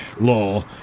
law